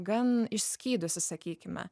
gan išskydusi sakykime